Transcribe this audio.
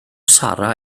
sarra